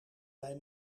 bij